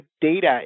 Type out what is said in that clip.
data